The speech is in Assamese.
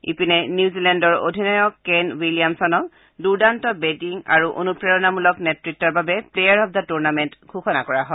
ইপিনে নিউজিলেণ্ডৰ অধিনায়ক কেন উইলিয়ামছনক দুৰ্দান্ত বেটিং আৰু অনুপ্ৰেৰণামূলক নেতৃত্ব বাবে প্লেয়াৰ অব দা টূৰ্ণামেণ্ট ঘোষণা কৰা হয়